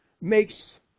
makes